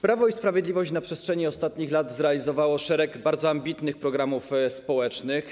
Prawo i Sprawiedliwość na przestrzeni ostatnich lat zrealizowało szereg bardzo ambitnych programów społecznych.